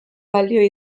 balio